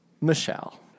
Michelle